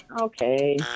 Okay